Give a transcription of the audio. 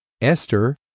Esther